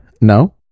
No